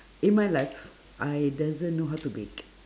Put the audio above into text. in my life I doesn't know how to bake